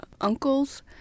uncles